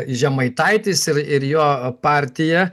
žemaitaitis ir ir jo partija